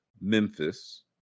Memphis